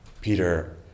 Peter